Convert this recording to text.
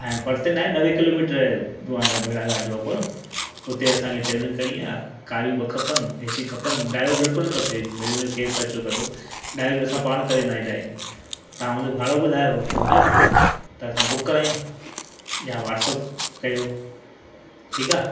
ऐं परिते न आहे नवे किलोमीटर आहे धुआंदार में बेड़ाघाट जो कोन हुते असांखे ट्रैवलिंग करिणी आहे गाड़ी ॿ खपनि एसी खपनि ड्राइवर बिल्कुल न खपे वरी हुन जो केरु ख़र्चो कंदो ड्राइविंग असां पाण करे वेंदा आहिनि ड्राइविंग तव्हां हुन जो भाड़ो ॿुधायो ॿिनि जो त असां बुक करायूं या व्हाट्सअप कयो ठीकु आहे